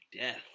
Death